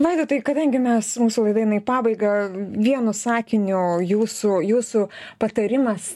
vaidotai kadangi mes mūsų laida eina į pabaigą vienu sakiniu jūsų jūsų patarimas